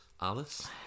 Alice